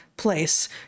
place